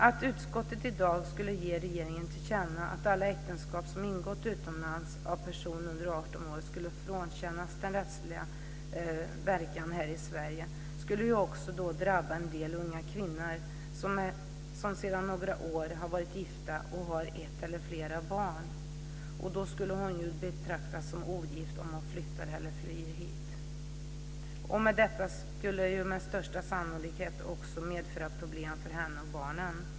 Att riksdagen i dag skulle ge regeringen till känna att alla äktenskap som ingåtts utomlands av personer under 18 år skulle frånkännas rättslig verkan här i Sverige skulle drabba en del unga kvinnor som sedan några år har varit gifta och har ett eller flera barn. Då skulle hon ju betraktas som ogift om hon flyttade eller flydde hit. Detta skulle med största sannolikhet också medföra problem för henne och barnen.